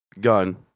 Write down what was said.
Gun